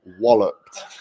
walloped